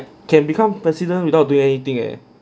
can become president without doing anything eh